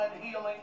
healing